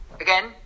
again